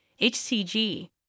HCG